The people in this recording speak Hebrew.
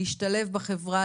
להשתלב בחברה,